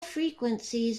frequencies